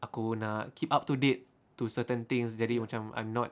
aku nak keep up to date to certain things jadi macam I'm not